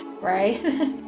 right